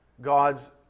God's